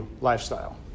lifestyle